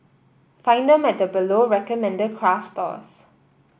find them at the below recommended craft stores